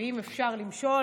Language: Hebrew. ואם אפשר למשול,